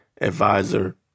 advisor